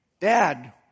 Dad